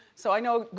so i know,